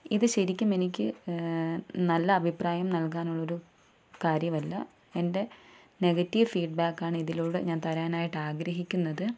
ഇത് ശരിക്കും എനിക്ക് നല്ല അഭിപ്രായം നൽകാനുള്ളൊരു കാര്യമല്ല എൻ്റെ നെഗറ്റീവ് ഫീഡ്ബേക്കാണ് ഇതിലൂടെ ഞാ തരാനായിട്ട് ആഗ്രഹിക്കുന്നത്